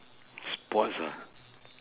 sports ah